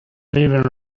leaving